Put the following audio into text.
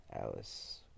Alice